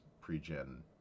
pre-gen